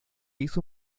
hizo